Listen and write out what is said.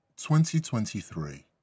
2023